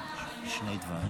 שיצאו.